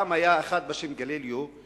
פעם היה אחד בשם גלילאו,